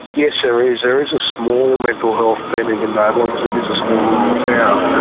yes, there is. there is a small mental health team in condobolin, because it is a small rural town,